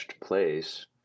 place